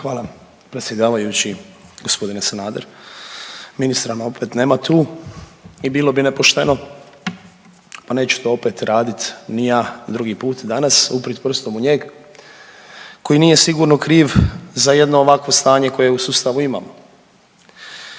Hvala predsjedavajući g. Sanader. Ministra nam opet nema tu i bilo bi nepošteno, a neću to opet radit ni ja drugi put danas uprt prstom u njega koji nije sigurno kriv za jedno ovakvo stanje koje u sustavu imamo.